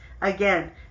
Again